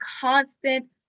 constant